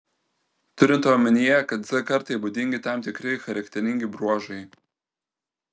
turint omenyje kad z kartai būdingi tam tikri charakteringi bruožai